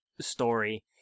story